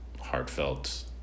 heartfelt